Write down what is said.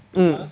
mm